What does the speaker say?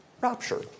rapture